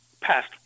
passed